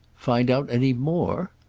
find out any more?